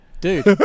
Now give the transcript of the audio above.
Dude